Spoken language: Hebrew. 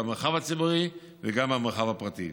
במרחב הציבורי וגם במרחב הפרטי,